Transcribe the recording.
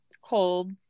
cold